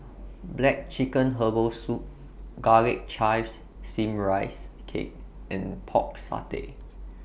Black Chicken Herbal Soup Garlic Chives Steamed Rice Cake and Pork Satay